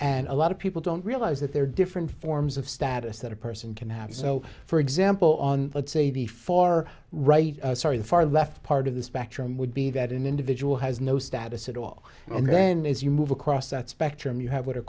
and a lot of people don't realize that there are different forms of status that a person can have so for example on let's say the far right sorry the far left part of the spectrum would be that an individual has no status at all and then as you move across that spectrum you have what